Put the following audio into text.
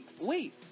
wait